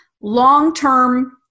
long-term